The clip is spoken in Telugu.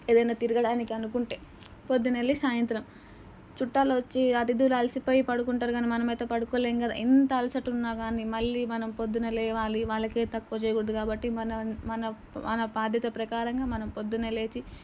ఏదైనా తిరగడానికి అనుకుంటే పొద్దునెళ్ళి సాయంత్రం చుట్టాలొచ్చి అతిధులు అలిసిపోయి పడుకుంటారు గానీ మనం అయితే పడుకోలేం కదా ఎంత అలసట ఉన్నా గానీ మళ్ళీ మనం పొద్దున లేవాలి వాళ్ళకి తక్కువ చేయకూడదు కాబట్టి మన మన మన బాధ్యత ప్రకారంగా మనం పొద్దునే లేచి